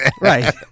Right